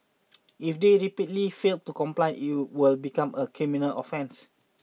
if they repeatedly fail to comply it will become a criminal offence